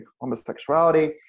homosexuality